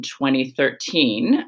2013